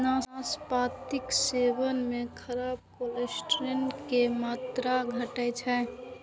नाशपातीक सेवन सं खराब कोलेस्ट्रॉल के मात्रा घटै छै